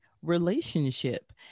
relationship